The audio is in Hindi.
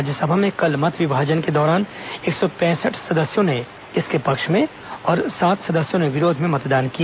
राज्यसभा में कल मत विभाजन के दौरान एक सौ पैंसठ सदस्यों ने इसके पक्ष में और सात सदस्यों ने विरोध में मतदान किया